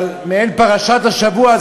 אבל מעין פרשת השבוע.